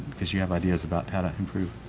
because you have ideas about how to improve.